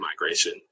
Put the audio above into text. migration